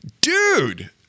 dude